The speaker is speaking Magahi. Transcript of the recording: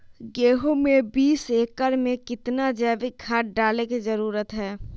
गेंहू में बीस एकर में कितना जैविक खाद डाले के जरूरत है?